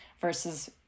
versus